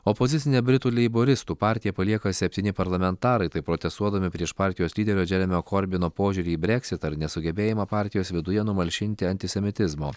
opozicinė britų leiboristų partija palieka septyni parlamentarai taip protestuodami prieš partijos lyderio džeremio korbino požiūrį į brexitą ir nesugebėjimą partijos viduje numalšinti antisemitizmo